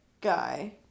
guy